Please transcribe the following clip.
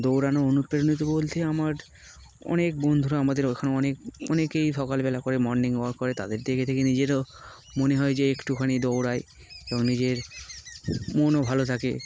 দৌড়ানো অনুপ্রাণিত বলতে আমার অনেক বন্ধুরা আমাদের ওইখানে অনেক অনেকেই সকালবেলা করে মর্নিং ওয়াক করে তাদের থেকেে থেকে নিজেরও মনে হয় যে একটুখানি দৌড়ায় এবং নিজের মনও ভালো থাকে